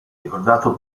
ricordato